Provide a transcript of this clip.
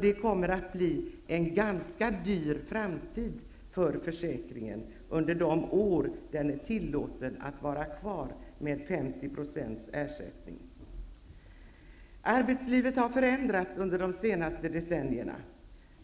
Det kommer att bli en ganska dyr framtid för försäkringen, under de år den tillåts att vara kvar med 50 % ersättning. Arbetslivet har förändrats under de senaste decennierna.